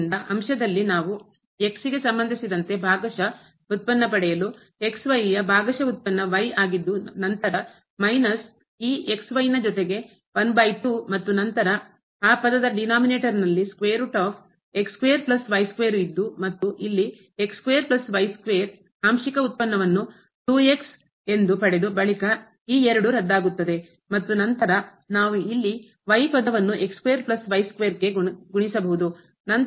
ಆದ್ದರಿಂದ ಅಂಶದಲ್ಲಿ ನಾವು ಗೆ ಸಂಬಂಧಿಸಿದಂತೆ ಭಾಗಶಃ ವ್ಯುತ್ಪನ್ನ ಪಡೆಯಲು ಯ ಭಾಗಶಃ ವ್ಯುತ್ಪನ್ನ ಆಗಿದ್ದು ನಂತರ ಮೈನಸ್ ಈ ಜೊತೆಗೆ 12 ಮತ್ತು ನಂತರ ಆ ಪದದ ಡಿನೋಮಿನೇಟರ್ನಲ್ಲಿ ಇದ್ದು ಮತ್ತು ಇಲ್ಲಿ ಆಂಶಿಕ ಉತ್ಪನ್ನವನ್ನು 2 ಎಂದು ಪಡೆದು ಬಳಿಕ ಈ 2 ರದ್ದಾಗುತ್ತದೆ ಮತ್ತು ನಂತರ ನಾವು ಇಲ್ಲಿ ಪದವನ್ನು ಕೆ ಗುಣಿಸಬಹುದು ನಂತರದಲ್ಲಿ ಮೈನಸ್ ಇರುತ್ತದೆ